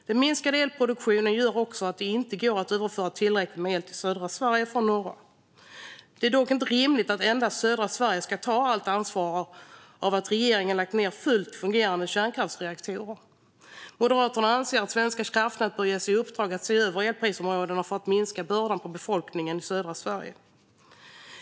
Den minskade elproduktionen gör också att det inte går att överföra tillräckligt med el till södra Sverige från norra Sverige. Det är dock inte rimligt att endast södra Sverige ska ta allt ansvar för att regeringen lagt ned fullt fungerande kärnkraftsreaktorer. Moderaterna anser att Svenska kraftnät bör ges i uppdrag att se över elprisområdena för att minska bördan på befolkningen i södra Sverige.